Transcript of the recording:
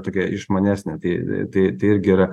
tokia išmanesnė tai tai tai irgi yra